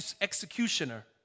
executioner